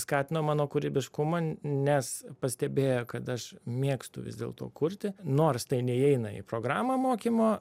skatino mano kūrybiškumą nes pastebėjo kad aš mėgstu vis dėlto kurti nors tai neįeina į programą mokymo